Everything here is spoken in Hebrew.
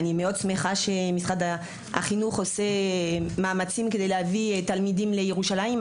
אני מאוד שמחה שמשרד החינוך עושה מאמצים כדי להביא תלמידים לירושלים,